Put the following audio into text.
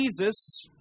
Jesus